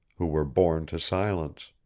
who were born to silence.